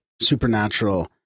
supernatural